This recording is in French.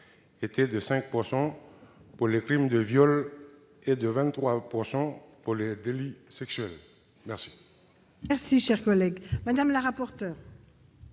était de 5 % pour les crimes de viol et de 23 % pour les délits sexuels. Quel